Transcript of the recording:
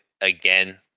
again